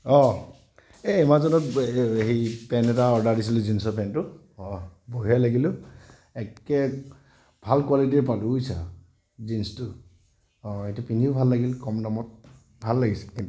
এই এমাজনত হেৰি পেণ্ট এটা অৰ্ডাৰ দিছিলোঁ জিনচৰ পেণ্টটো বঢ়িয়া লাগিল অ' একে ভাল কোৱালিটীৰে পালোঁ বুজিছা জিনচটো এইটো পিন্ধিয়ো ভাল লাগিল কম দামত ভাল লাগিছে কিন্তু